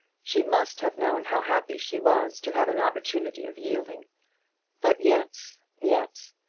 she must have known how happy she was to have an opportunity of yielding but yet yet,